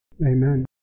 Amen